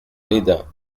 lesdins